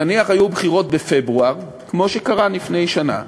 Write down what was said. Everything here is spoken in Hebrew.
שנניח היו בחירות בפברואר, כמו שקרה לפני שנה,